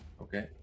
Okay